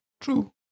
True